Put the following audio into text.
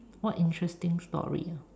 what interesting story ah